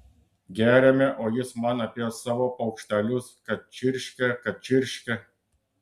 geriame o jis man apie savo paukštelius kad čirškia kad čirškia